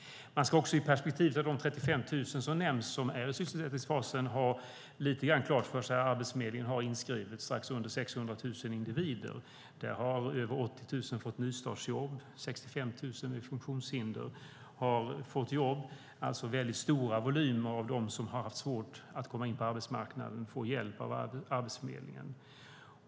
Man ska också i perspektivet av de 35 000 personer som nämns som är i sysselsättningsfasen ha lite grann klart för sig att Arbetsförmedlingen hos sig har strax under 600 000 individer inskrivna. Där har över 80 000 personer fått nystartsjobb, och 65 000 med funktionshinder har fått jobb. Det är alltså väldigt stora volymer av dem som har haft svårt att komma in på arbetsmarknaden som får hjälp av Arbetsförmedlingen.